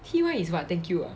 T_Y is what thank you ah